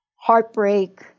heartbreak